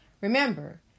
Remember